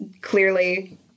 clearly